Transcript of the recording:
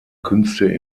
künste